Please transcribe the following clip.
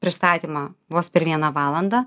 pristatymą vos per vieną valandą